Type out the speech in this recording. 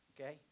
Okay